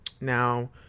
Now